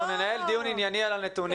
אנחנו ננהל דיון ענייני על הנתונים.